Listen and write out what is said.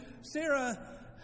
Sarah